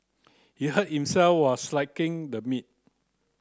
he hurt himself while slicing the meat